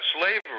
slavery